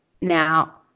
Now